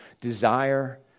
desire